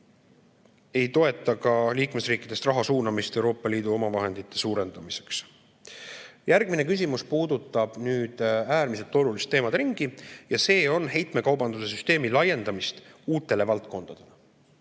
ei toeta ka liikmesriikidest raha suunamist Euroopa Liidu omavahendite suurendamiseks. Järgmine küsimus puudutab äärmiselt olulist teemade ringi, heitmekaubanduse süsteemi laiendamist uutele valdkondadele.